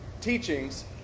teachings